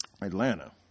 Atlanta